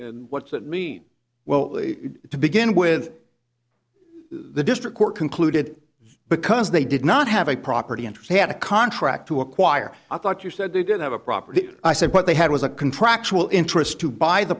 w what's that mean well to begin with the district court concluded because they did not have a property interest had a contract to acquire i thought you said they did have a property i said what they had was a contractual interest to buy the